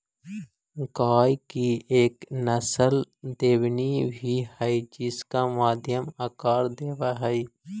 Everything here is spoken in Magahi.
गाय की एक नस्ल देवनी भी है जिसका मध्यम आकार होवअ हई